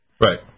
Right